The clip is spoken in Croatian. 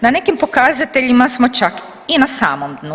Na nekim pokazateljima smo čak i na samom dnu.